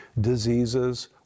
diseases